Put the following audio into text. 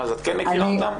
את כן מכירה אותם?